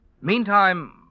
Meantime